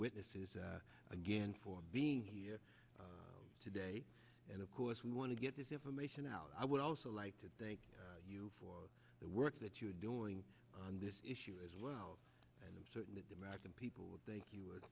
witnesses again for being here today and of course we want to get this information out i would also like to thank you for the work that you are doing on this issue as well and i'm certain that the american people would take you would